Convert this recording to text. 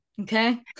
okay